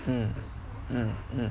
mm mm mm